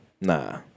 Nah